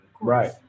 Right